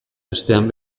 bestean